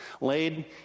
laid